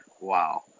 wow